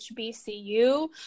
HBCU